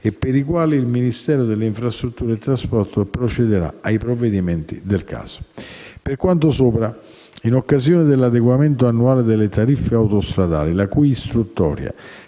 per cui il Ministero delle infrastrutture e dei trasporti procederà ai provvedimenti del caso. Per quanto sopra, in occasione dell'adeguamento annuale delle tariffe autostradali, la cui istruttoria